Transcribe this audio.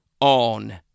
on